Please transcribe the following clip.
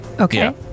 okay